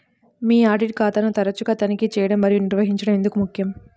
మీ audit ఖాతాను తరచుగా తనిఖీ చేయడం మరియు నిర్వహించడం ఎందుకు ముఖ్యం?